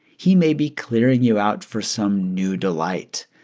he may be clearing you out for some new delight.